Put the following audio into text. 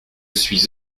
suis